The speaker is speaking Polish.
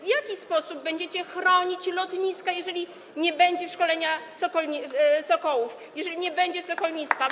W jaki sposób będziecie chronić lotniska, jeżeli nie będzie szkolenia sokołów, jeżeli nie będzie sokolnictwa?